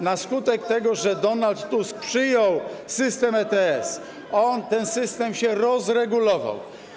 Na skutek tego, że Donald Tusk przyjął system ETS, ten system się rozregulował.